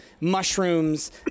mushrooms